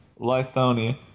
Lithonia